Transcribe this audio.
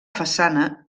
façana